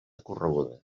correguda